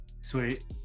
Sweet